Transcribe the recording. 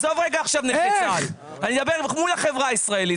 אני מדבר מול החברה הישראלית.